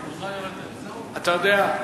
אתה יודע,